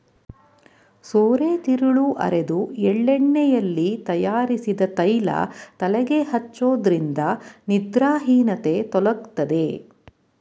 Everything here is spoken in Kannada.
ಸೋರೆತಿರುಳು ಅರೆದು ಎಳ್ಳೆಣ್ಣೆಯಲ್ಲಿ ತಯಾರಿಸಿದ ತೈಲ ತಲೆಗೆ ಹಚ್ಚೋದ್ರಿಂದ ನಿದ್ರಾಹೀನತೆ ತೊಲಗ್ತದೆ